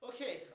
Okay